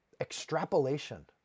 extrapolation